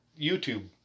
YouTube